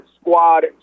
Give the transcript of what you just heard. squad